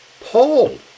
Paul